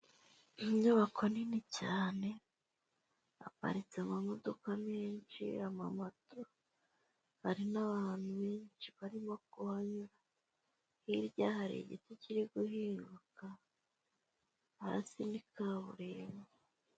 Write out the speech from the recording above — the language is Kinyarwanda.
Inyubako nini cyane haparitse amamodoka menshi, amamoto, hari n'abantu benshi barimo kuhanyura; hirya hari igiti kiri guhinguka hasi ni kaburimbo.